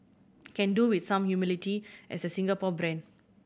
can do with some humility as a Singapore brand